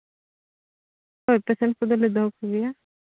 ᱨᱩᱣᱟᱹᱜ ᱯᱮᱥᱮᱱᱴ ᱠᱚᱫᱚᱞᱮ ᱫᱚᱦᱚ ᱠᱚᱜᱮᱭᱟ